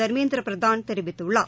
தர்மேந்திர பிரதான் தெரிவித்துள்ளார்